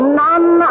none